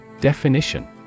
Definition